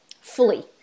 fully